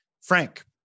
Frank